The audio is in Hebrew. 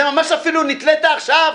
זה ממש אפילו נתלית עכשיו,